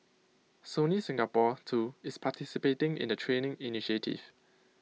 Sony Singapore too is participating in the training initiative